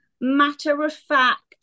matter-of-fact